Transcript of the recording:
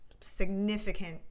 significant